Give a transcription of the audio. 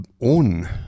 own